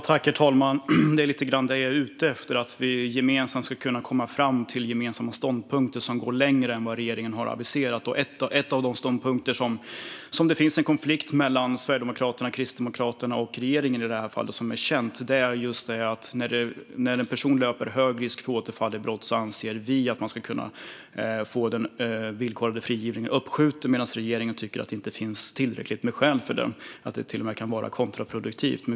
Herr talman! Det är lite grann detta jag är ute efter - att vi ska kunna komma fram till gemensamma ståndpunkter som går längre än vad regeringen har aviserat. En av de ståndpunkter där det finns en konflikt mellan Sverigedemokraterna, Kristdemokraterna och regeringen gäller just att vi anser att när det finns hög risk för att en person återfaller i brott ska man kunna skjuta upp den villkorliga frigivningen, medan regeringen inte tycker att det finns tillräckligt med skäl till det och att det till och med kan vara kontraproduktivt.